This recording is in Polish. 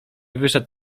wyszedł